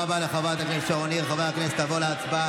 איפה היא?